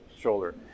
shoulder